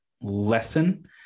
lesson